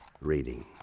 reading